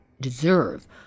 deserve